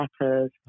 letters